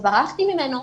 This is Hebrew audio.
כשברחתי ממנו,